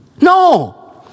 No